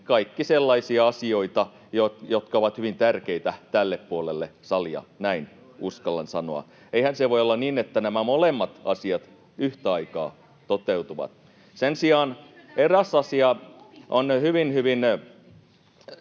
Kaikki sellaisia asioita, jotka ovat hyvin tärkeitä tälle puolelle salia, näin uskallan sanoa. Eihän se voi olla niin, että nämä molemmat asiat yhtä aikaa toteutuvat. [Krista Kiurun välihuuto]